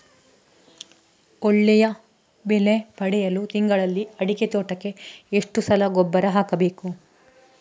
ಒಳ್ಳೆಯ ಬೆಲೆ ಪಡೆಯಲು ತಿಂಗಳಲ್ಲಿ ಅಡಿಕೆ ತೋಟಕ್ಕೆ ಎಷ್ಟು ಸಲ ಗೊಬ್ಬರ ಹಾಕಬೇಕು?